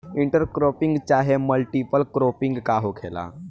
Inter cropping चाहे multiple cropping का होखेला?